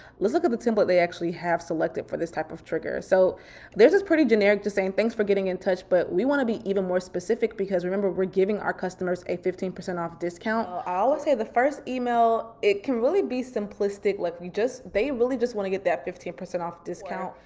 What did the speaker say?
let's look at the template they actually have selected for this type of trigger. so there's this pretty generic to saying thanks for getting in touch, but we wanna be even more specific because remember we're giving our customers a fifteen percent off discount. i'll ah say the first email, it can really be simplistic like you just, they really just wanna get that fifteen percent off discount.